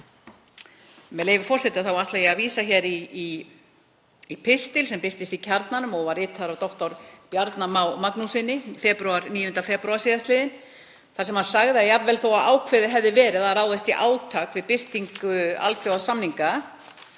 Með leyfi forseta ætla ég að vísa í pistil sem birtist í Kjarnanum og var ritaður af dr. Bjarna Má Magnússyni 9. febrúar sl. þar sem hann segir að jafnvel þó að ákveðið hafi verið að ráðast í átak við birtingu alþjóðasamninga